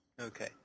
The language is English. Okay